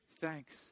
thanks